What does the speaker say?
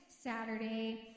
Saturday